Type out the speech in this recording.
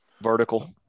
vertical